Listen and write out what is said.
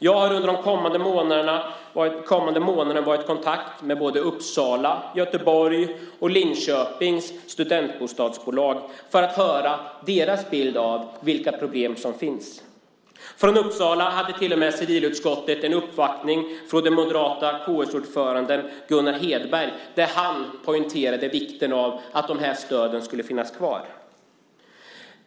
Jag har under de senaste månaderna varit i kontakt med Uppsalas, Göteborgs och Linköpings studentbostadsbolag för att få höra deras bild av de problem som finns. Civilutskottet uppvaktades till och med från Uppsala, där den moderata kommunordföranden Gunnar Hedberg poängterade vikten av att dessa stöd skulle finnas kvar.